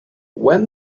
when